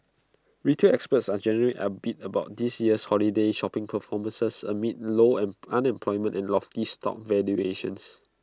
retail experts are generally upbeat about this year's holiday shopping performances amid low and unemployment and lofty stock valuations